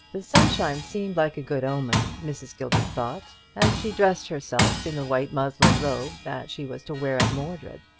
the sunshine seemed like a good omen, mrs. gilbert thought, as she dressed herself in the white muslin robe that she was to wear at mordred.